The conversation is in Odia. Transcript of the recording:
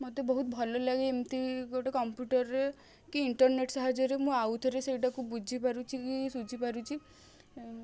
ମତେ ବହୁତ ଭଲ ଲାଗେ ଏମିତି ଗୋଟେ କମ୍ପ୍ୟୁଟରରେ କି ଇଣ୍ଟରନେଟ୍ ସାହାଯ୍ୟରେ ମୁଁ ଆଉଥରେ ସେଇଟା କୁ ବୁଝିପାରୁଛି କି ସୁଝିପାରୁଛି